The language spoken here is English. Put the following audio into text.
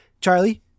Charlie